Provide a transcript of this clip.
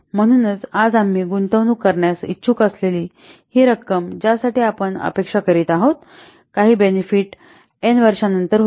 म्हणूनच आज आम्ही गुं तवणूक करण्यास इच्छुक असलेली ही रक्कम ज्यासाठी आपण अपेक्षा करीत आहोत की काही बेनेफिट एन वर्षानंतर होईल